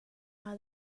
how